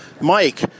Mike